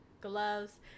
gloves